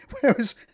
whereas